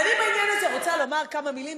ואני בעניין הזה רוצה לומר כמה מילים.